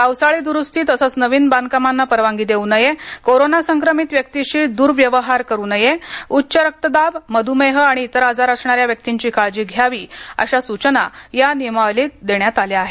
पावसाळी दुरुस्ती तसेच नवीन बांधकामांना परवानगी देऊ नये कोरोना संक्रमित व्यक्तीशी दुर्व्यव्हार करू नये उच्च रक्तदाब मधुमेह आणि इतर आजार असणाऱ्या व्यक्तीची काळजी घ्यावी अशा सूचना या नियमावलीत देण्यात आल्या आहेत